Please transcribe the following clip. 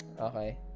Okay